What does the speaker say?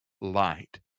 light